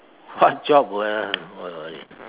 what job won't won't worry